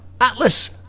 Atlas